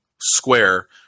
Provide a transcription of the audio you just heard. square